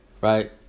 right